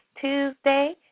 Tuesday